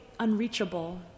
unreachable